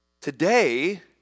Today